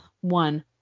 one